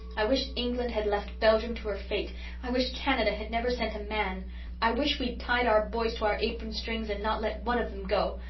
i wish england had left belgium to her fate i wish canada had never sent a man i wish we'd tied our boys to our apron strings and not let one of them go.